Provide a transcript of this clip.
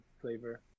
flavor